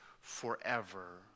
forever